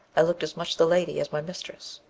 i looked as much the lady as my mistress.